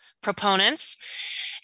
proponents